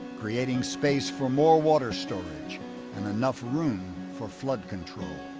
creating space for more water storage and enough room for flood control.